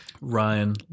ryan